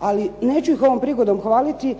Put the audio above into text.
ali neću ih ovom prigodom hvaliti